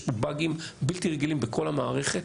יש פה באגים בלתי רגילים בכל המערכת.